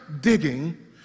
digging